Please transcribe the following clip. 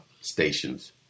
stations